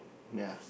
ya